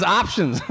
options